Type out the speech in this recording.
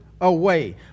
Away